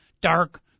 dark